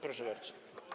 Proszę bardzo.